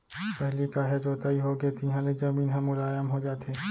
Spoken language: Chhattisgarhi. पहिली काहे जोताई होगे तिहाँ ले जमीन ह मुलायम हो जाथे